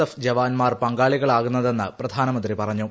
F ജവാൻമാർ പങ്കാളികളാകു ന്നതെന്ന് പ്രധാനമന്ത്രി പറഞ്ഞു